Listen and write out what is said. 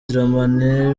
dramani